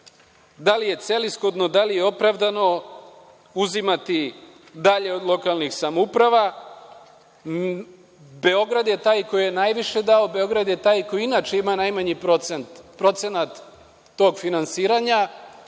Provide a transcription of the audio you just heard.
da li je celishodno, da li je opravdano uzimati dalje od lokalnih samouprava? Beograd je taj koji je najviše dao. Beograd je taj koji inače ima najmanji procenat tog finansiranja,